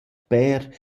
per